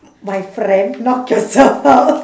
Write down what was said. my friend knock yourself out